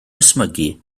ysmygu